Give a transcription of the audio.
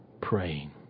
praying